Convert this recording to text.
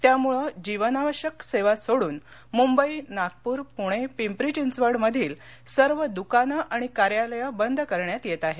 त्यामुळं जीवनावश्यक सेवा सोडून मुंबई नागपूर पुणे पिंपरी चिंचवडमधील सर्व दुकानं आणि कार्यालयं बंद करण्यात येत आहेत